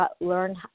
learn